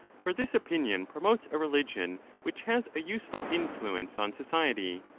for this opinion promotes a religion which has a useful influence on society.